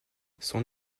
son